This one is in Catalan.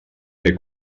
fer